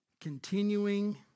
continuing